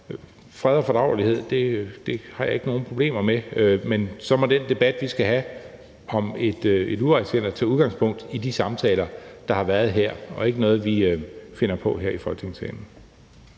fred og fordragelighed sige, at det har jeg ikke nogen problemer med. Men så må den debat, vi skal have om et udrejsecenter, tage udgangspunkt i de samtaler, der har været her, og ikke i noget, vi finder på her i Folketingssalen.